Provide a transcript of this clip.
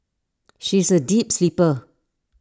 she is A deep sleeper